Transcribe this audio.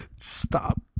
Stop